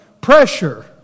pressure